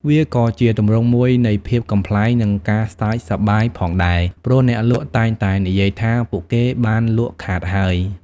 វាក៏ជាទម្រង់មួយនៃភាពកំប្លែង និងការសើចសប្បាយផងដែរ ព្រោះអ្នកលក់តែងតែនិយាយថាពួកគេបានលក់ខាតហើយ។